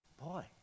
boy